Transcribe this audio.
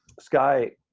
skye,